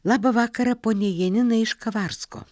labą vakarą poniai janinai iš kavarsko